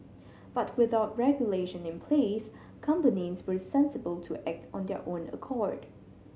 but without regulation in place companies were sensible to act on their own accord